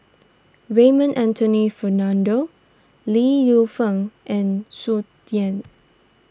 Raymond Anthony Fernando Li Lienfung and Tsung Yeh